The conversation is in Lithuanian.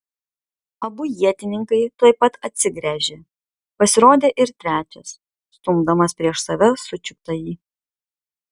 abu ietininkai tuoj pat atsigręžė pasirodė ir trečias stumdamas prieš save sučiuptąjį